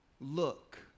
look